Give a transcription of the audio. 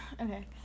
Okay